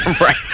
Right